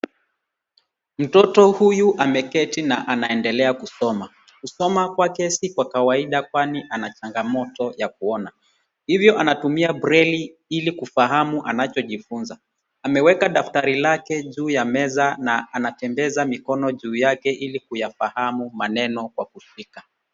Mtoto huyu ameketi na anendelea kusoma. Kusoma kwake si kwa kawaida kwani ana changamoto ya kuona, hivyo anatumia breli ili kufahamu anachojifunza. Ameweka daftari lake juu ya meza na anatembeza mikono juu yake ili kuyafahamu maneno kwa kushika.